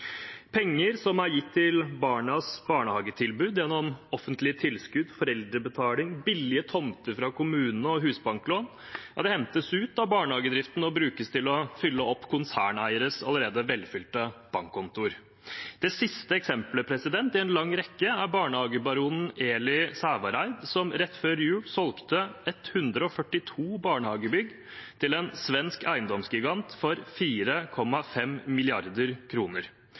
Penger som er gitt til barnas barnehagetilbud gjennom offentlige tilskudd, foreldrebetaling, billige tomter fra kommunene og husbanklån, hentes ut av barnehagedriften og brukes til å fylle opp konserneieres allerede velfylte bankkontoer. Det siste eksemplet i en lang rekke er barnehagebaronen Eli Sævareid, som rett før jul solgte 142 barnehagebygg til en svensk eiendomsgigant for 4,5